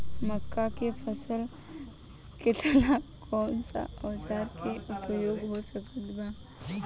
मक्का के फसल कटेला कौन सा औजार के उपयोग हो सकत बा?